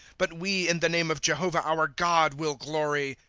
but we in the name of jehovah our god, will glory.